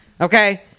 Okay